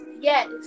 Yes